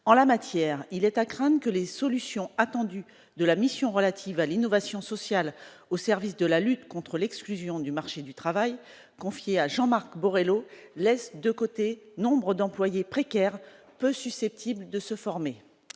en la matière, il est à craindre que les solutions attendues de la mission relative à l'innovation sociale au service de la lutte contre l'exclusion du marché du travail confié à Jean-Marc Borel au laisse de côté, nombres d'employé précaires, peu susceptibles de se former